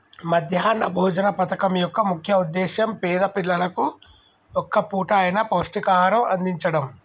మధ్యాహ్న భోజన పథకం యొక్క ముఖ్య ఉద్దేశ్యం పేద పిల్లలకు ఒక్క పూట అయిన పౌష్టికాహారం అందిచడం